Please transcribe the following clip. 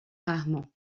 rarement